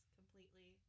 completely